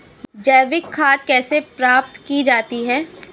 जैविक खाद कैसे प्राप्त की जाती है?